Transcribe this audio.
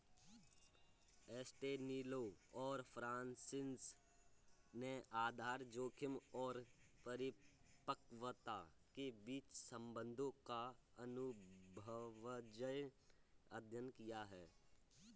एस्टेलिनो और फ्रांसिस ने आधार जोखिम और परिपक्वता के बीच संबंधों का अनुभवजन्य अध्ययन किया